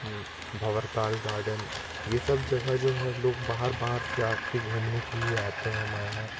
Bhawartal garden ये सब जगह जो है लोग बाहर बाहर से आके घूमने के लिए आते है हमारे यहाँ